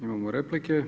Imamo replike.